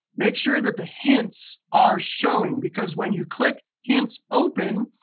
make sure that the hints are showing. because when you click hints open,